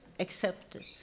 Accepted